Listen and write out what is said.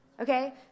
Okay